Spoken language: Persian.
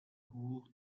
حقوق